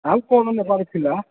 ଆଉ କ'ଣ ନେବାର ଥିଲା